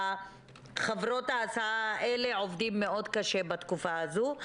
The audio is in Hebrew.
חברות ההסעה האלה עובדים מאוד קשה בתקופה הזו.